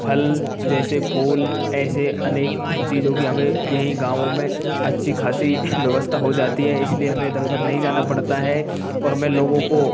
फल जैसे फूल ऐसे अनेक चीज़ों की हमें यही गाँवों में अच्छी खासी व्यवस्था हो जाती है इसलिए हमें इधर उधर नहीं जाना पड़ता है और मैं लोगों को